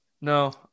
no